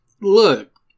Look